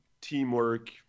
teamwork